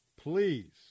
Please